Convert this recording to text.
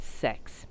sex